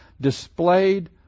displayed